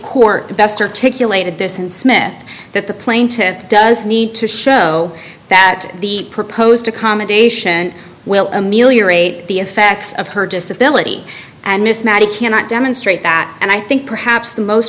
court can best articulated this and smith that the plaintiffs does need to show that the proposed commendation will ameliorate the effects of her disability and miss matty cannot demonstrate that and i think perhaps the most